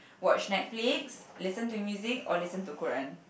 watch Netflix listen to music or listen to Quran